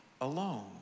alone